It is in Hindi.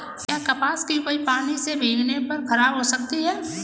क्या कपास की उपज पानी से भीगने पर खराब हो सकती है?